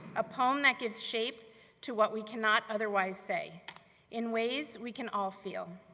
a poem that gives shape to what we cannot otherwise say in ways we can all feel.